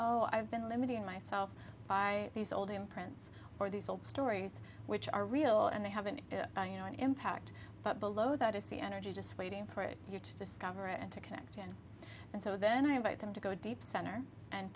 i've been limiting myself by these old imprints or these old stories which are real and they have an impact but below that is the energy just waiting for you to discover and to connect again and so then i invite them to go deep center and